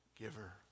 giver